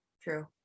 True